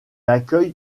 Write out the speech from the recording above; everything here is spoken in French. accueille